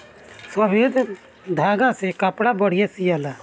सफ़ेद धागा से कपड़ा बढ़िया सियाई